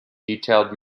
detailed